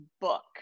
book